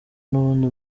n’ubundi